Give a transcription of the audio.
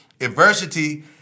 adversity